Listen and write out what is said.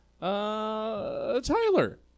Tyler